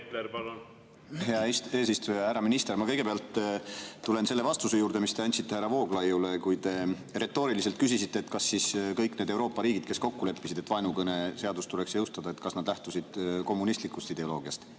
Hea eesistuja! Härra minister! Ma kõigepealt tulen selle vastuse juurde, mis te andsite härra Vooglaiule, kui te retooriliselt küsisite, kas kõik need Euroopa riigid, kes leppisid vaenukõneseaduse jõustamises kokku, lähtusid kommunistlikust ideoloogiast.